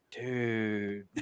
dude